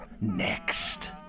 next